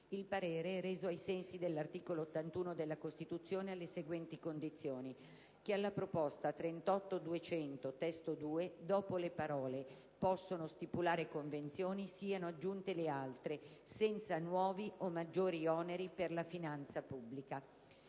Il parere è reso, ai sensi dell'articolo 81 della Costituzione, alle seguenti condizioni; - che alla proposta 38.200 (testo 2) dopo le parole: "possono stipulare convenzioni" siano aggiunte le altre: "senza nuovi o maggiori oneri per la finanza pubblica";